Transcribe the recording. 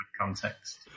context